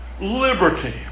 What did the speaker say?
liberty